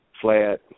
flat